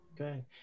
Okay